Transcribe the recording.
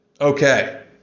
Okay